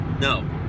no